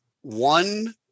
one